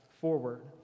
forward